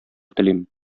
телим